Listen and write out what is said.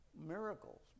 miracles